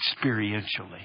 experientially